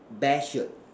bear shirt